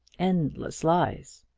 endless lies.